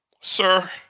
sir